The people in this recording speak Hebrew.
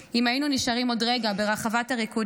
אם היינו נשארים עוד רגע ברחבת הריקודים,